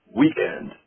weekend